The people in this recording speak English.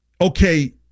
okay